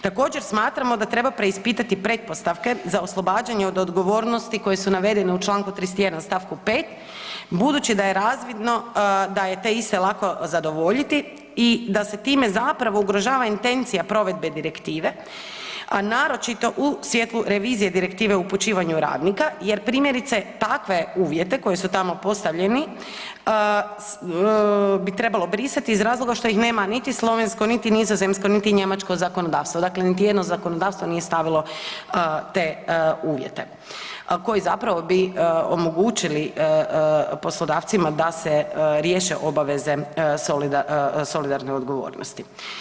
Također smatramo da treba preispitati pretpostavke za oslobađanje od odgovornosti koje su navedene u čl. 31. st. 5. budući da je razvidno da je te iste lako zadovoljiti i da se time zapravo ugrožava intencija provedbe direktive, a naročito u svjetlu revizije direktive o upućivanju radnika jer primjerice takve uvjete koji su tamo postavljeni bi trebalo brisati iz razloga što ih nema niti slovensko, niti nizozemsko, niti njemačko zakonodavstvo, dakle niti jedno zakonodavstvo nije stavilo te uvjete koji zapravo bi omogućili poslodavcima da se riješe obaveze solidarne odgovornosti.